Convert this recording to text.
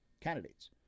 candidates